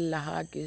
ಎಲ್ಲಾ ಹಾಕಿ